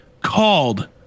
called